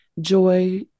Joy